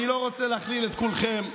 אני לא רוצה להכליל את כולכם.